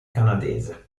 canadese